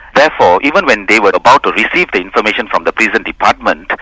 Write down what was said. therefore, even when they were about to receive the information from the prison department,